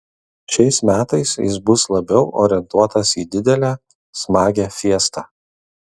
šiais metais jis bus labiau orientuotas į didelę smagią fiestą